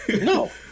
No